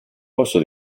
posso